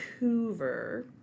Coover